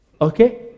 okay